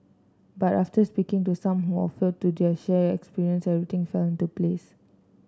but after speaking to some who offered to their share experiences everything fell into place